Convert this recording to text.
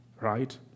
right